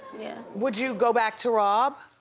yeah. would you go back to rob?